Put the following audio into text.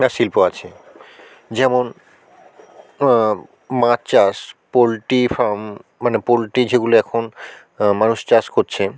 plus শিল্প আছে যেমন মাছ চাষ পোল্ট্রি ফার্ম মানে পোল্ট্রি যেগুলো এখন মানুষ চাষ করছেন